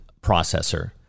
processor